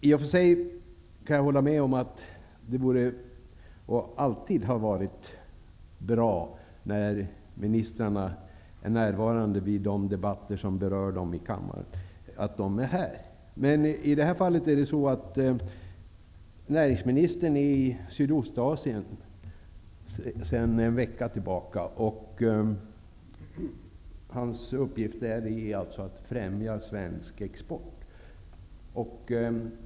I och för sig kan jag hålla med om att det alltid är bra när ministrarna är närvarande i kammaren vid de debatter som berör dem, men i det här fallet är näringsministern i Sydostasien sedan en vecka tillbaka, och hans uppgift där är att främja svensk export.